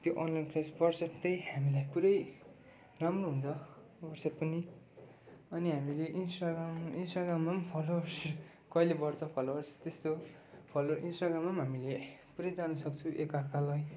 त्यो online class WhatsApp चाहिँ हामीलाई पुरै राम्रो हुन्छ वाट्सएप पनि अनि हामीले इन्स्टाग्राम इन्सटाग्राममा फलोवर्स कहिले बढ्छ फलोवर्स त्यस्तो फलो इन्स्टाग्राममा पनि हामीले पुरै जान्नु सक्छु एकअर्कालाई